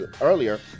earlier